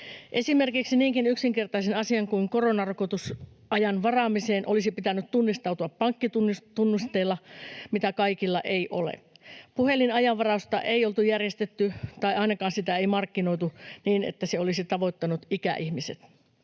Esimerkiksi niinkin yksinkertaiseen asiaan kuin koronarokotusajan varaamiseen olisi pitänyt tunnistautua pankkitunnuksilla, mitä kaikilla ei ole. Puhelinajanvarausta ei oltu järjestetty, tai ainakaan sitä ei markkinoitu niin, että se olisi tavoittanut ikäihmiset.